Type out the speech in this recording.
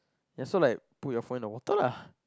yeah so like put your phone in the water lah